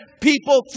people